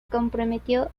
comprometió